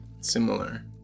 similar